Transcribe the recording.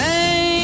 Hey